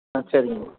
ஆ சரிங்கம்மா